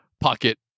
pocket